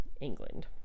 England